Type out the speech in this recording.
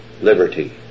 liberty